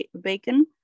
Bacon